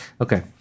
Okay